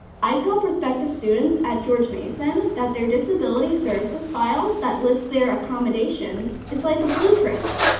i tell prospective students at george mason that their disability services file that list their accommodations is like a blueprint.